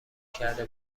کرده